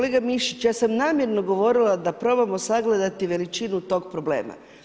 Kolega Mišić, ja sam namjerno govorila da probamo sagledati veličinu tog problema.